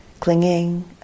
clinging